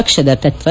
ಪಕ್ಷದ ತತ್ವ